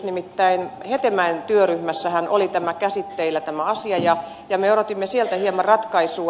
nimittäin hetemäen työryhmässähän tämä asia oli käsitteillä ja me odotimme sieltä hieman ratkaisua